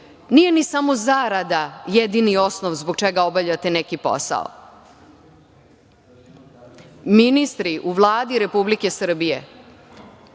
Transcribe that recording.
Nije ni samo zarada jedini osnov zbog čega obavljate neki posao. Ministri u Vladi Republike Srbije